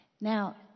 Now